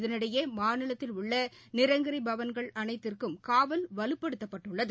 இதனிடையே மாநிலத்தில் உள்ளநிரங்கரிபவன்கள் அனைத்துக்கும் காவல் வலுப்படுத்தப்பட்டுள்ளது